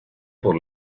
por